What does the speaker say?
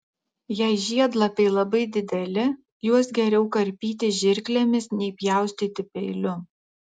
jei žiedlapiai labai dideli juos geriau karpyti žirklėmis nei pjaustyti peiliu